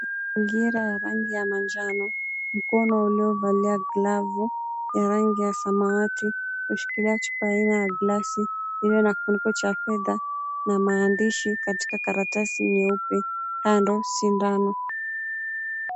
Mazingira ya rangi ya manjano. Mkono uliovalia glavu ya rangi ya samawati imeshikilia chupa aina ya glasi ulio na kifuniko cha fedha na maandishi katika karatasi nyeupe. Kando sindano.